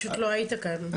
פשוט לא היית כאן.